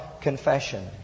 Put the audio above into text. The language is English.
confession